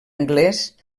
angles